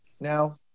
now